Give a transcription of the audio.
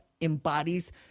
embodies